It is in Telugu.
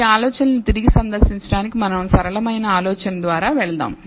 ఈ ఆలోచనలను తిరిగి సందర్శించడానికి మనం సరళమైన ఆలోచన ద్వారా వెళ్దాం